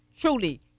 truly